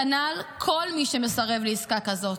כנ"ל כל מי שמסרב לעסקה כזאת,